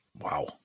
Wow